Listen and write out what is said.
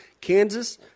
Kansas